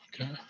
Okay